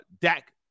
Dak